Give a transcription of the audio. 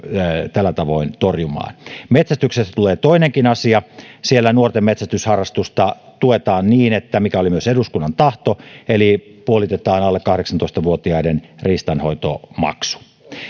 tällä tavoin torjumaan metsästyksestä tulee toinenkin asia siellä nuorten metsästysharrastusta tuetaan niin mikä oli myös eduskunnan tahto että puolitetaan alle kahdeksantoista vuotiaiden riistanhoitomaksu